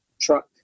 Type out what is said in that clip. truck